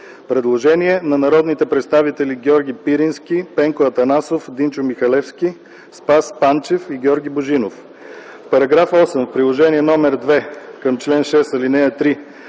Предложение на народните представители Георги Пирински, Пенко Атанасов, Димчо Михалевски, Спас Панчев и Георги Божинов: В § 8, в Приложение № 2 към чл. 6, ал. 3,